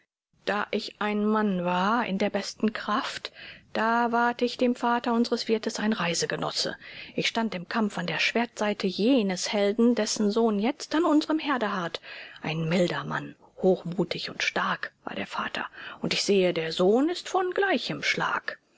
da ich ein mann war in der besten kraft da ward ich dem vater unseres wirtes ein reisegenosse ich stand im kampf an der schwertseite jenes helden dessen sohn jetzt an unserem herde harrt ein milder mann hochmutig und stark war der vater und ich sehe der sohn ist von gleichem schlag